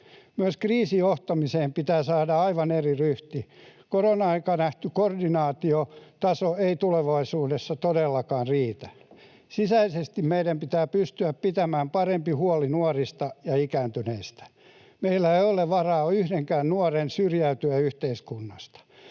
Myös kriisijohtamiseen pitää saada aivan eri ryhti. Koronan aikana nähty koordinaation taso ei tulevaisuudessa todellakaan riitä. Sisäisesti meidän pitää pystyä pitämään parempi huoli nuorista ja ikääntyneistä. Meillä ei ole varaa antaa yhdenkään nuoren syrjäytyä yhteiskunnasta.